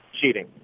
cheating